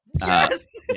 Yes